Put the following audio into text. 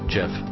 Jeff